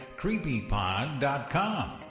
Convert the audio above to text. creepypod.com